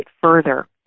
further